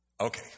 Okay